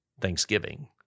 Thanksgiving –